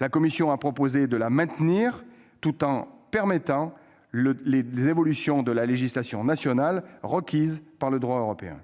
La commission a proposé de maintenir cette abrogation, tout en permettant les évolutions de la législation nationale requises par le droit européen.